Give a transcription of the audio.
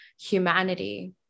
humanity